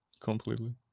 Completely